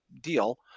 deal